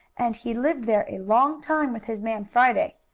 and he lived there a long time with his man friday.